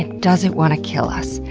and does it want to kill us?